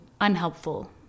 unhelpful